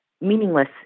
meaningless